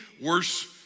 worse